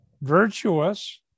virtuous